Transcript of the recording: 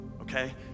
Okay